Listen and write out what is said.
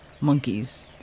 monkeys